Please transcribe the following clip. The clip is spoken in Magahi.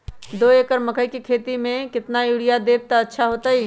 दो एकड़ मकई के खेती म केतना यूरिया देब त अच्छा होतई?